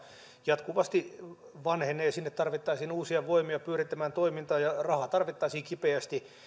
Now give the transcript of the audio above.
jatkuvasti vanhenee ja sinne tarvittaisiin uusia voimia pyörittämään toimintaa ja rahaa tarvittaisiin kipeästi